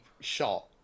shot